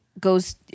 goes